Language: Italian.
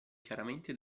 chiaramente